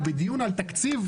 אבל בדיון על תקציב,